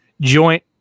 joint